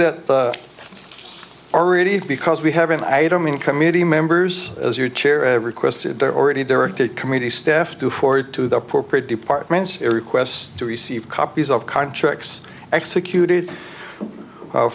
that already because we have an item in committee members as you chair every quested there already directed committee staff to forward to the appropriate departments request to receive copies of contracts executed